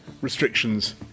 restrictions